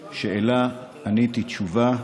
שאלה, עניתי תשובה,